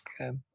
okay